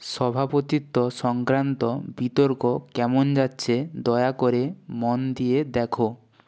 সভাপতিত্ব সংক্রান্ত বিতর্ক কেমন যাচ্ছে দয়া করে মন দিয়ে দেখো